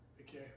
Okay